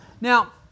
Now